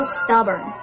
stubborn